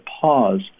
pause